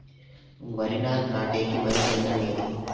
వరి నారు నాటేకి మంచి యంత్రం ఏది?